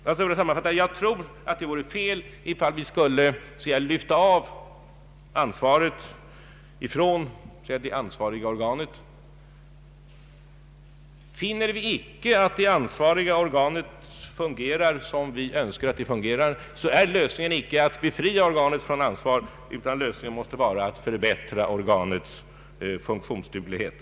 Jag tror således att det vore fel om vi lyfte av ansvaret från det ansvariga organet. Finner vi att det ansvariga organet icke fungerar som vi önskar är lösningen inte att befria organet från ansvar, utan att förbättra organets funktionsduglighet.